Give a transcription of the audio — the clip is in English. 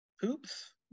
poops